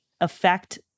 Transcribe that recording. affect